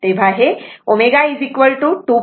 तेव्हा f ही frequency आहे आणि ω 2πf आहे